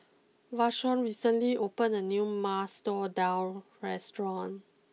Vashon recently opened a new Masoor Dal restaurant